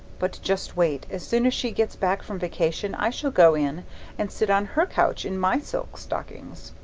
but just wait as soon as she gets back from vacation i shall go in and sit on her couch in my silk stockings.